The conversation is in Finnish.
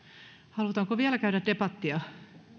halutaanko vielä käydä debattia